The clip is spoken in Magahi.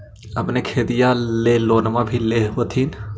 अपने खेतिया ले लोनमा भी ले होत्थिन?